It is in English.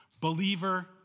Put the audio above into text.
believer